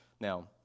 Now